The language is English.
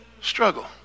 struggle